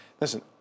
Listen